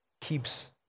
keeps